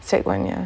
secondary one ya